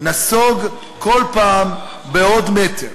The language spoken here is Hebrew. נסוג כל פעם בעוד מטר